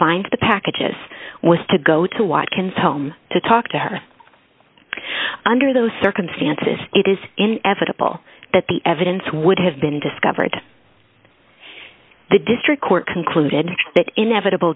find the packages was to go to watch consult to talk to her under those circumstances it is inevitable that the evidence would have been discovered the district court concluded that inevitable